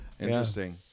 interesting